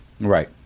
right